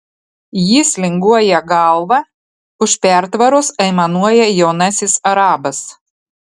jis linguoja galva už pertvaros aimanuoja jaunasis arabas